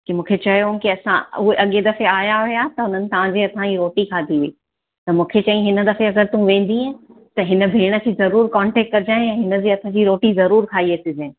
की मूंखे चयउ की असां उहे अॻिए दफ़े आया हुया त हुननि तव्हांजे हथां जी रोटी खाधी हुइ त मूंखे चयई इन दफ़े अगरि तूं वेंदीअ त हिन भेण खे ज़रुर कॉन्टेक कजांइ हिनजे हथ जी रोटी ज़रुर खाई अचजंइ